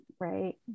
Right